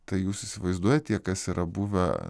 tai jūs įsivaizduojat tie kas yra buvę